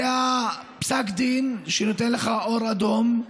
זה פסק דין שנותן לך אור אדום.